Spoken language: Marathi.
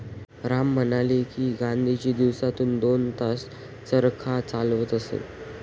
राम म्हणाले की, गांधीजी दिवसातून दोन तास चरखा चालवत असत